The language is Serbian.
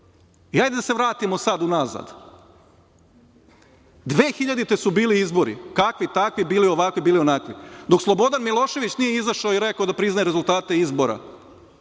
da se vratimo unazad. Godine 2000. su bili izbori, kakvi-takvi, bili ovakvi, bili onakvi. Dok Slobodan Milošević nije izašao i rekao da priznaje rezultate izbora,